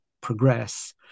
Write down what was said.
progress